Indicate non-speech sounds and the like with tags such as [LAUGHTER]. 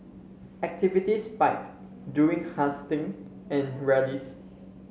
activity spiked during [UNINTELLIGIBLE] and rallies